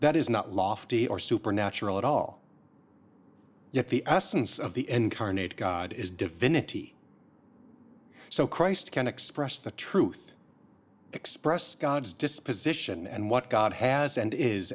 that is not lofty or supernatural at all yet the us sense of the incarnate god is divinity so christ can express the truth express god's disposition and what god has and is